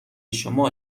شما